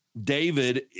David